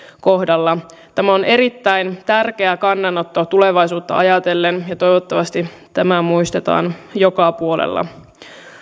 kohdalla tämä on erittäin tärkeä kannanotto tulevaisuutta ajatellen ja toivottavasti tämä muistetaan joka puolella